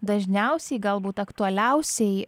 dažniausiai galbūt aktualiausiai